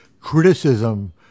criticism